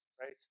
right